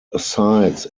sides